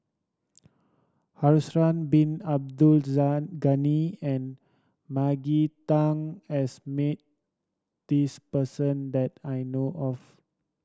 Bin Abdul Ghani and Maggie Teng has met this person that I know of